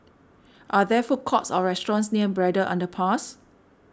are there food courts or restaurants near Braddell Underpass